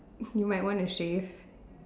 you might want to save